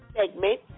segment